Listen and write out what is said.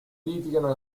litigano